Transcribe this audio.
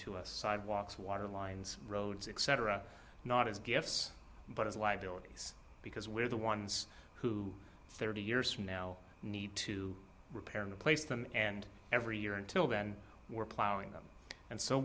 to us sidewalks water lines roads etc not as gifts but as liabilities because we're the ones who thirty years from now need to repair and place them and every year until then we're plowing them and so